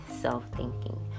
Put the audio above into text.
self-thinking